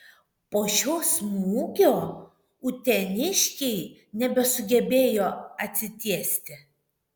po šio smūgio uteniškiai nebesugebėjo atsitiesti